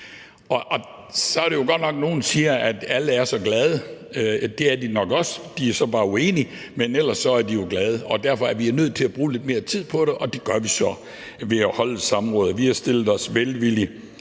Så er det jo godt nok, at nogle siger, at alle er så glade. Det er de nok også, de er så bare uenige, men ellers er de jo glade. Derfor er vi nødt til at bruge lidt mere tid på det, og det gør vi så ved at holde et samråd. Vi har stillet os velvilligt